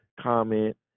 comment